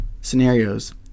scenarios